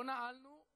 לא נעלנו,